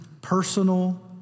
personal